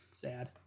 sad